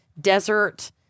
desert